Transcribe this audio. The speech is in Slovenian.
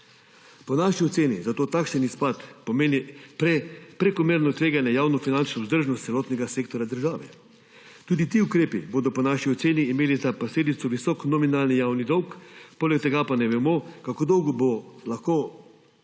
Po naši oceni zato takšen izpad pomeni prekomerno tveganje javnofinančne vzdržnosti celotnega sektorja države. Tudi ti ukrepi bodo po naši oceni imeli za posledico visok nominalni javni dolg, poleg tega pa ne vemo, kako dolgo bo